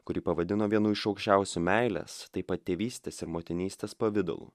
kurį pavadino vienu iš aukščiausių meilės taip pat tėvystės ir motinystės pavidalų